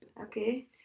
okay